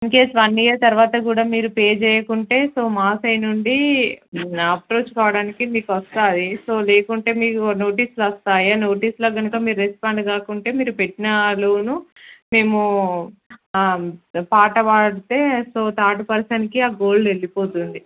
in case one year తరువాత కూడా మీరు పే చెయ్యకుంటే సో మా సైడ్ నుండి అప్రోచ్ అవ్వడానికి మీకు వస్తాయి సో లేకుంటే మీకు నోటీస్లు వస్తాయి ఆ నోటీస్లకి కనుక మీరు రెస్పాండ్ కాకుంటే మీరు పెట్టిన లోన్ మేము పాట పాడితే సో థర్డ్ పర్సన్కి ఆ గోల్డ్ వెళ్ళిపోతుంది